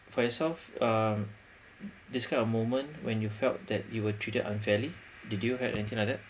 for yourself um this kind of moment when you felt that you were treated unfairly did you had anything like that